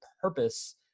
purpose